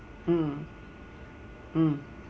mm mm